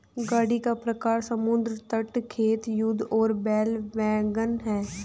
गाड़ी का प्रकार समुद्र तट, खेत, युद्ध और बैल वैगन है